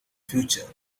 future